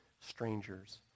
strangers